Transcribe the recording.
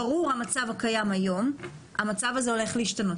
המצב הקיים היום ברור, והמצב הזה הולך להשתנות.